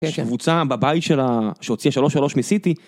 קבוצה בבית שלה שהוציאה שלוש שלוש מסיטי